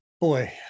boy